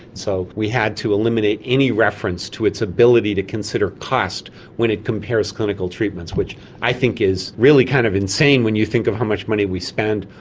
so we had to eliminate any reference to its ability to consider cost when it compares clinical treatments, which i think is really kind of insane when you think of how much money we spend,